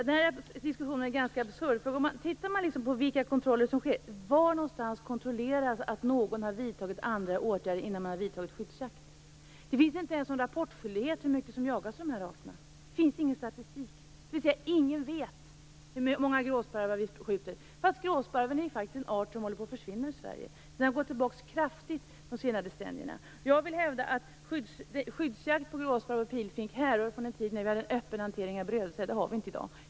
Herr talman! Den här diskussionen är ganska absurd. Var någonstans kontrolleras att någon har vidtagit andra åtgärder innan man vidtar skyddsjakt? Det finns inte ens någon rapportskyldighet av hur mycket som jagas av dessa arter. Det finns ingen statistik, dvs. ingen vet hur många gråsparvar vi skjuter. Gråsparven är ju faktiskt en art som håller på att försvinna i Sverige. Den har gått tillbaka kraftigt under de senaste decennierna. Jag hävdar att skyddsjakt på gråsparv och pilfink härrör från en tid då vi hade en öppen hantering av brödsäd som vi inte har i dag.